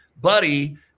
Buddy